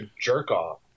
jerk-off